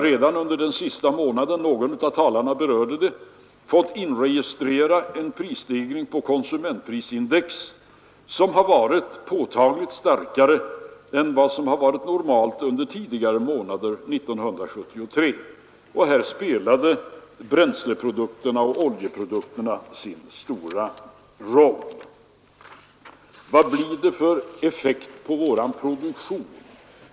Redan under den senaste månaden — någon av talarna berörde det — har vi fått inregistrera en påtagligt starkare stegring av konsumentprisindex än som varit normalt under tidigare månader 1973. Här spelar bränsleprodukterna och oljeprodukterna sin stora roll. Vilken effekt får det på vår produktion?